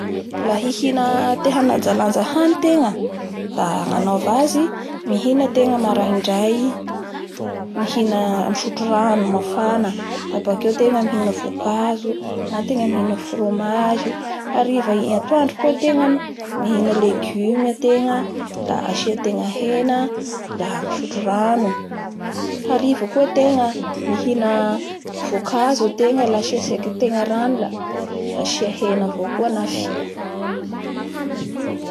La hihina te handanjalanaja hany tegna da ny anaova zy mihina tegna maraindray, mihina misotro rano mafana da bakeo tegna mihina voankazo, na tegna mihina fromage, hariva igny, atoandro koa tegna mihina legume ategna na tegna la siantegna hena, misptro rano hariva koa ategna mihina voanakazo ategna asia tegna rano la asia hena avao koa na fia.